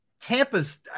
Tampa's